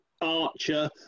Archer